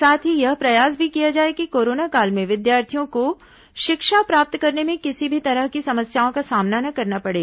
साथ ही यह प्रयास भी किया जाए कि कोरोना काल में विद्यार्थियों को शिक्षा प्राप्त करने में किसी भी तरह की समस्याओं का सामना न करना पडे